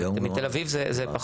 מתל אביב זה,